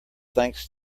thanks